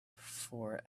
for